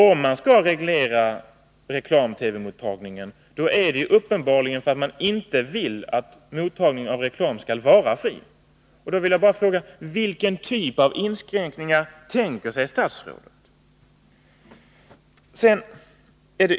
Om man skall reglera reklam-TV-mottagningen, så är det uppenbarligen för att man inte vill att mottagning av reklam skall vara fri. Då vill jag bara fråga: Vilken typ av inskränkningar tänker sig statsrådet?